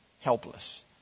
helpless